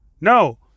No